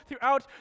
throughout